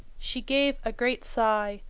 she gave a great sigh,